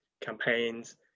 campaigns